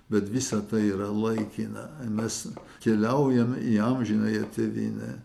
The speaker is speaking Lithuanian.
bet visa tai yra laikina ar mes keliaujam į amžinąją tėvynę